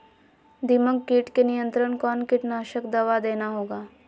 दीमक किट के नियंत्रण कौन कीटनाशक दवा देना होगा?